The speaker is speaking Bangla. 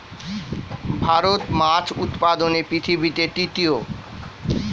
ভারত মাছ উৎপাদনে পৃথিবীতে তৃতীয়